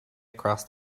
across